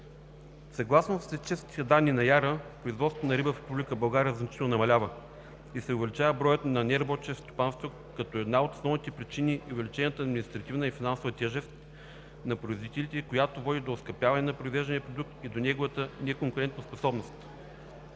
Съгласно статистическите данни на ИАРА производството на риба в Република България значително намалява и се увеличава броят на неработещите стопанства, като една от основните причини е увеличената административна и финансова тежест за производителите, която води до оскъпяване на произвеждания продукт и до неговата неконкурентоспособност.